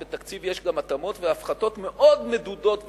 בתקציב יש גם התאמות והפחתות מאוד מדודות ושקולות.